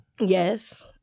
Yes